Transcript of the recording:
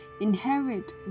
Inherit